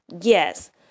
yes